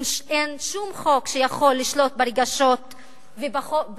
אין שום חוק שיכול לשלוט ברגשות ובביטוי